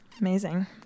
amazing